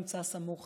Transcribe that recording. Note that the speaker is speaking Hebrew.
כי זה לא נמצא סמוך